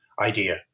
idea